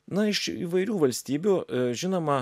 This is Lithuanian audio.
na iš įvairių valstybių žinoma